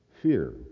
fear